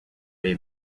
bay